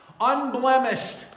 unblemished